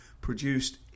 produced